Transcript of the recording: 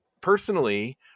personally